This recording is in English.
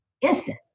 instant